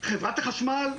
חברת החשמל,